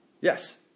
Yes